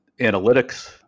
analytics